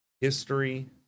History